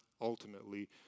ultimately